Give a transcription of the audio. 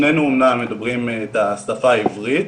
שנינו אמנם מדברים את השפה העברית,